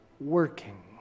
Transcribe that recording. working